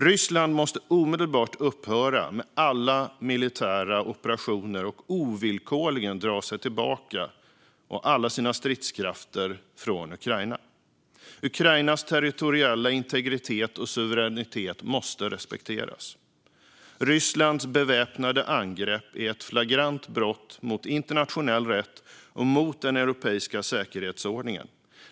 Ryssland måste omedelbart upphöra med alla militära operationer och ovillkorligen dra tillbaka alla sina stridskrafter från Ukraina. Ukrainas territoriella integritet och suveränitet måste respekteras. Rysslands väpnade angrepp är ett flagrant brott mot internationell rätt och mot den europeiska säkerhetsordningen.